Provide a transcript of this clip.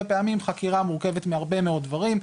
פעמים חקירה מורכבת מהרבה מאוד דברים,